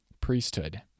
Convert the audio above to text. priesthood